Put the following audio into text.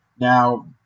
Now